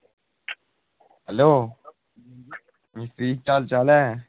hello केह् हाल चाल ऐ